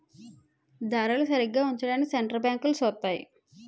ధరలు సరిగా ఉంచడానికి సెంటర్ బ్యాంకులు సూత్తాయి